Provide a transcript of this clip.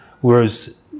Whereas